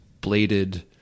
bladed